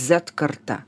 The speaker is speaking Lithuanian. zet karta